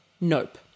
nope